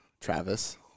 Travis